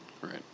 Right